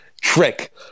trick